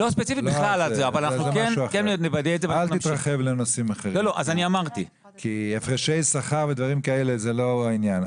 אל תתרחב לנושאים אחרים כי הפרשי שכר ודברים כאלה זה לא העניין.